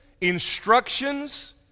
instructions